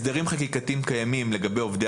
הסדרים חקיקתיים קיימים לגבי עובדי